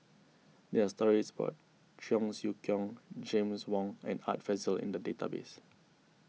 there are stories about Cheong Siew Keong James Wong and Art Fazil in the database